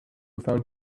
found